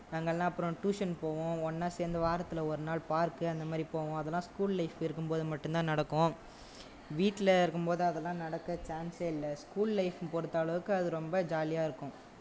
நாங்கெல்லாம் அப்புறம் டூஷன் போவோம் ஒன்னாக சேர்ந்து வாரத்தில் ஒரு நாள் பார்க்கு அந்த மாதிரி போவோம் அதெல்லாம் ஸ்கூல் லைஃப் இருக்கும் போது மட்டும் தான் நடக்கும் வீட்டில் இருக்கும் போது அதெல்லாம் நடக்க சான்ஸே இல்லை ஸ்கூல் லைஃப் பொறுத்தளவுக்கு அது ரொம்ப ஜாலியாக இருக்கும்